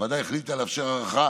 הוועדה החליטה לאפשר הארכה